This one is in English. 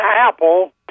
apple